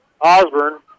Osborne